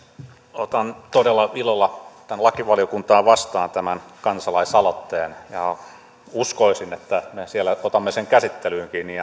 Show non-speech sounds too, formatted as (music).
otan todella ilolla lakivaliokuntaan vastaan tämän kansalaisaloitteen ja uskoisin että me siellä otamme sen käsittelyynkin (unintelligible)